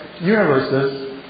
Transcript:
universes